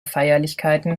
feierlichkeiten